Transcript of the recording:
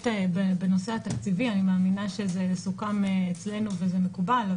בנושא התקציבי אני מניחה שזה סוכם אצלנו וזה מקובל,